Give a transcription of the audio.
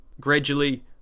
Gradually